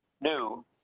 new